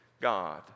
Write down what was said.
God